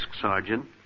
sergeant